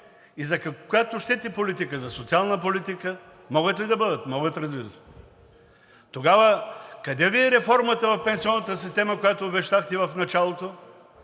и за която щете политика, за социална политика могат ли да бъдат? Могат, разбира се. Тогава къде Ви е реформата в пенсионната система, която обещахте в началото?